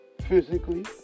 physically